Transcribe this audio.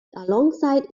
alongside